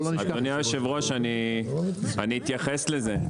אדוני יושב הראש, אני אתייחס לזה.